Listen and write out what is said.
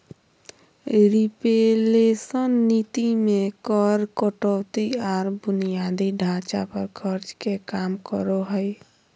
reflation नीति मे कर कटौती आर बुनियादी ढांचा पर खर्च के काम करो हय